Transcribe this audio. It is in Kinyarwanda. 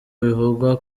bivugwa